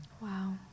Wow